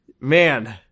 Man